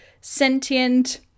sentient